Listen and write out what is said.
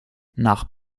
nach